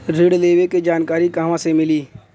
ऋण लेवे के जानकारी कहवा से मिली?